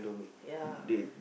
ya